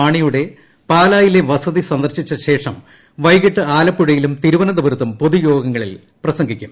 മാണിയുടെ പാലായിലെ വസതി സന്ദർശിച്ച ശേഷം വൈകിട്ട് ആലപ്പുഴയിലും തിരുവനന്തപുരത്തും പൊതുയോഗങ്ങളിൽ പ്രസംഗിക്കും